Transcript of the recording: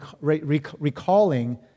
recalling